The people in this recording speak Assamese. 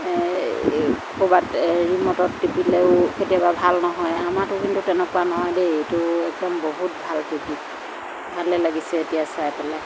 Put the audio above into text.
ক'ৰবাত ৰি'মটত টিপিলেও কেতিয়াবা ভাল নহয় আমাৰটো কিন্তু তেনেকুৱা নহয় দেই এইটো একদম বহুত ভাল টিভি ভালে লাগিছে এতিয়া চাই পেলাই